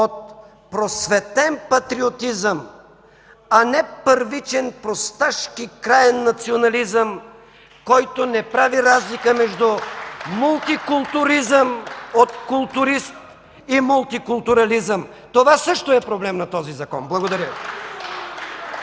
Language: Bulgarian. от просветéн патриотизъм, а не от първичен, просташки, краен национализъм, който не прави разлика (ръкопляскания от ДПС) между „мултикултуризъм” от „културист” и „мултикултурализъм”. Това също е проблем на този закон. Благодаря